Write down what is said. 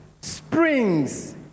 springs